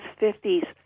50s